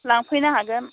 लांफैनो हागोन